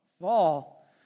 fall